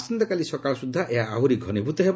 ଆସନ୍ତାକାଲି ସକାଳ ସୁଦ୍ଧା ଏହା ଆହୁରି ଘନିଭ୍ରତ ହେବ